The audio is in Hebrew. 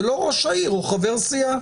זה לא ראש העיר או חבר סיעה,